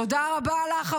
תודה רבה לך,